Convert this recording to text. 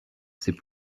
c’est